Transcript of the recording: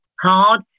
hard